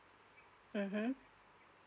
mmhmm